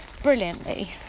brilliantly